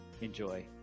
Enjoy